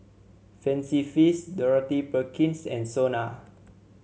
Fancy Feast Dorothy Perkins and Sona